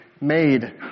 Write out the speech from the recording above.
made